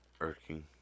irking